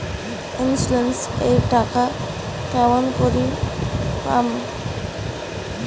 Insurance এর টাকা কেমন করি পাম?